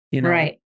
Right